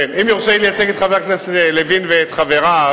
אם יורשה לי לייצג את חבר הכנסת לוין ואת חבריו,